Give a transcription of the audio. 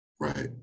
right